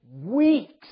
weeks